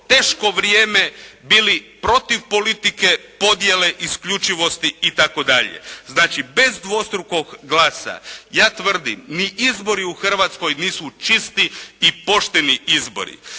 teško vrijeme bili protiv politike, podjele, isključivosti itd. Znači, bez dvostrukog glasa. Ja tvrdim, ni izbori u Hrvatskoj nisu čisti i pošteni izbori.